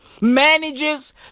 manages